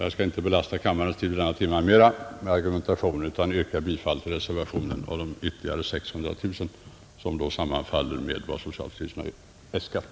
Jag skall inte vid denna timme belasta kammarens tid mera med argumentation utan yrkar bifall till reservation 17 och de ytterligare 600 000 kronor i anslag som sammanfaller med vad socialstyrelsen har äskat.